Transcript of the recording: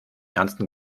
ernsten